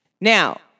Now